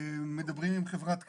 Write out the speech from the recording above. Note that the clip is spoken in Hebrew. מדברים עם חברת קווים,